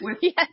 Yes